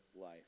life